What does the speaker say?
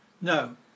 No